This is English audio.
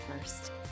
first